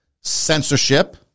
censorship